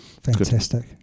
Fantastic